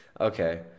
Okay